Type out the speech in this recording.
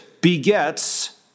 begets